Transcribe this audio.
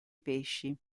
pesci